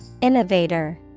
Innovator